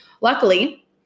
Luckily